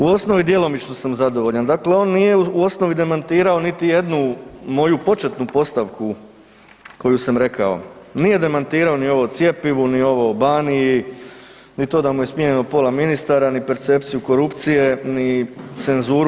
U osnovi djelomično sam zadovoljan, dakle on nije u osnovi demantirao niti jednu moju početnu postavku koju sam rekao, nije demantirao ni ovo o cjepivu, ni ovo o Baniji, ni to da mu je smijenjeno pola ministara, ni percepciju korupcije, ni cenzuru